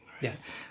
Yes